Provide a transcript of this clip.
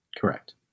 Correct